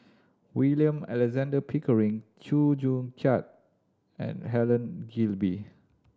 William Alexander Pickering Chew Joo Chiat and Helen Gilbey